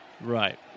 Right